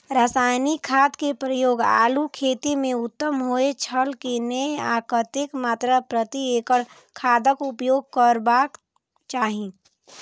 रासायनिक खाद के प्रयोग आलू खेती में उत्तम होय छल की नेय आ कतेक मात्रा प्रति एकड़ खादक उपयोग करबाक चाहि?